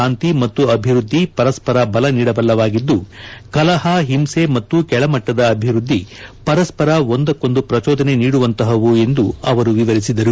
ಶಾಂತಿ ಮತ್ತು ಅಭಿವೃದ್ದಿ ಪರಸ್ಪರ ಬಲ ನೀಡಬಲ್ಲವಾಗಿದ್ದು ಕಲಹ ಹಿಂಸೆ ಮತ್ತು ಕೆಳಮಟ್ಟದ ಅಭಿವೃದ್ದಿ ಪರಸ್ವರ ಒಂದಕ್ಕೊಂದು ಪ್ರಚೋದನೆ ನೀಡುವಂತಹವು ಎಂದು ಅವರು ವಿವರಿಸಿದರು